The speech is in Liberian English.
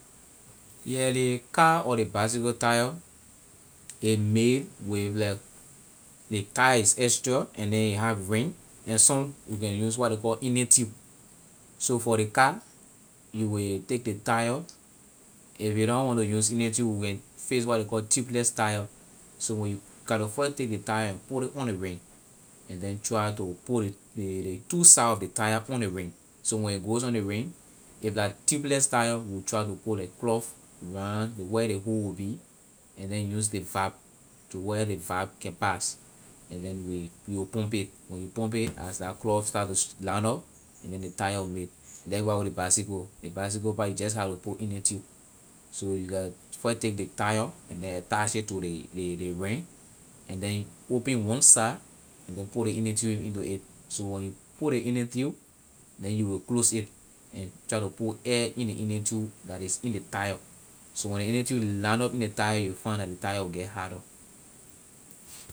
Yeah ley car or ley bike cycle tyre a made with like ley tyre is extra and then it have ring and some a use what ley call inner tube so for ley car you when take ley tyre if you don't wanna inner tube we can fix what ley call tubeless tyre so when you gatto first take ley tyre and put ley on the ring and then try to put ley ley ley two side of ley tyre on the ring so when a goes on ley ring if la tubeless tyre we will try to put like cloth round where the hole will be and then use ley vab to where ley vab can pass and then you will you will pump it when you pump it as that cloth start to line up and then ley tyre will make likewise with ley bike cycle ley bike cycle pah you just have to put inner tube so like first take ley tyre and attach it to ley ley ley ring and then open one side and then put ley inner tube in to it so when you put ley inner tube then you will close it and try to put air in ley inner tube la in ley tyre so when ley inner tube line up in ley tyre you will find that the tyre will get harder.